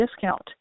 discount